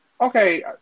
Okay